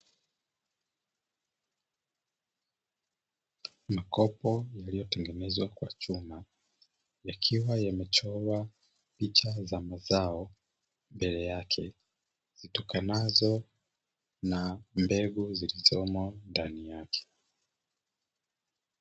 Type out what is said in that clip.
Makopo yaliyotengenezwa kwa chuma yakiwa yamechorwa picha za mazao mbele yake zitokanazo na mbegu zilizomo ndani yake.